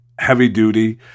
heavy-duty